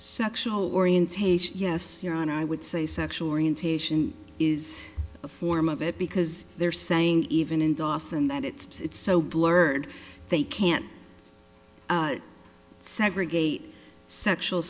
sexual orientation yes your honor i would say sexual orientation is a form of it because they're saying even in dawson that it's so blurred they can't segregate sexual